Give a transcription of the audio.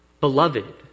beloved